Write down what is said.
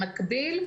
במקביל,